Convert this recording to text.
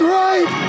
right